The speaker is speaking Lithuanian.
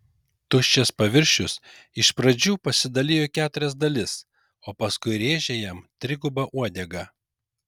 tuščias paviršius iš pradžių pasidalijo į keturias dalis o paskui rėžė jam triguba uodega